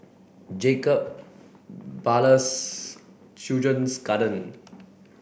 Jacob Ballas Children's Garden